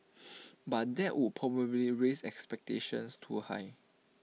but that would probably raise expectations too high